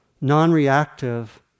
non-reactive